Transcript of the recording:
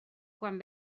quan